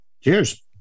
Cheers